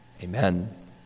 amen